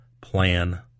plan